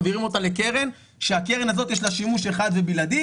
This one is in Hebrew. מעבירים אותה לקרן כשלקרן הזאת יש שימוש אחד ובלעדי,